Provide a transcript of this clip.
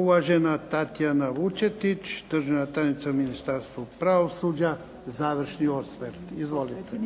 Uvažena Tatjana Vučetić, državna tajnica u Ministarstvu pravosuđa, završni osvrt. Izvolite.